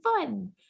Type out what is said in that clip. fun